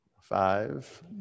Five